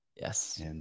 Yes